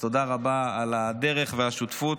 אז תודה רבה על הדרך והשותפות.